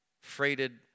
freighted